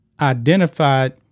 identified